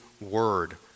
word